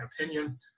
opinion